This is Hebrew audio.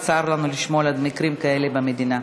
ומצער אותנו לשמוע על מקרים כאלה במדינה.